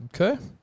Okay